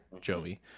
Joey